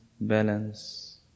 balance